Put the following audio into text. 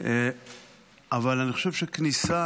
אבל אני חושב שכניסה